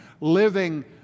living